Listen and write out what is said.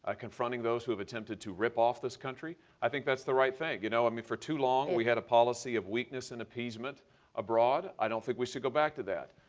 ah confronting those who attempted to rip off this country. i think that's the right thing. you know i mean for too long we had a policy of weakness and appeasement abroad i don't think we should go back to that.